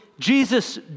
Jesus